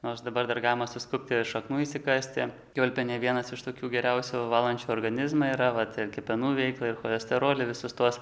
nors dabar dar galima suskubti šaknų išsikasti kiaulpienė vienas iš tokių geriausiai valančių organizmą yra vat ir kepenų veiklą ir cholesterolį visus tuos